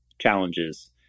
challenges